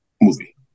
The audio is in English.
movie